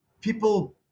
people